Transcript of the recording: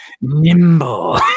nimble